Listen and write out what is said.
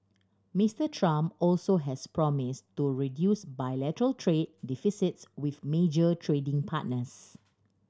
Mister Trump also has promise to reduce bilateral trade deficits with major trading partners